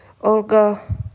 Olga